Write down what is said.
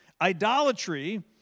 Idolatry